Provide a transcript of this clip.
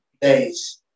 days